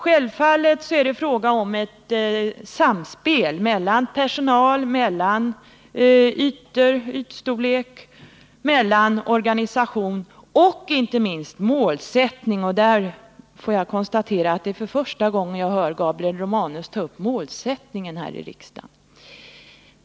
Självfallet är det fråga om ett samspel mellan personal, ytstorlek, organisation och inte minst målsättning — och där får jag konstatera att detta är första gången som Gabriel Romanus här i kammaren tar upp frågan om målsättningen.